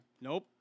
Nope